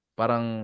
parang